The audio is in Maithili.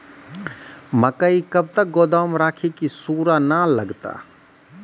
मकई कब तक गोदाम राखि की सूड़ा न लगता?